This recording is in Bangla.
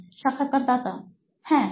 Iসাক্ষাৎকারদাতা হ্যাঁ